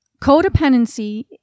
codependency